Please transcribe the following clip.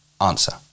Answer